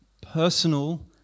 personal